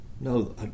No